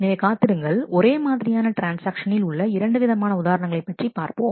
எனவே காத்திருங்கள் ஒரே மாதிரியான ட்ரான்ஸ்ஆக்ஷனில் உள்ள 2 விதமான உதாரணங்களை பற்றி பார்ப்போம்